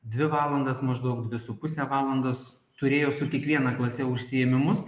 dvi valandas maždaug dvi su puse valandos turėjo su kiekviena klase užsiėmimus